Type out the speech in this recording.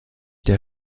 der